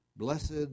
Blessed